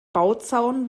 bauzaun